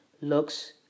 Looks